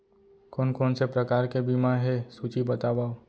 कोन कोन से प्रकार के बीमा हे सूची बतावव?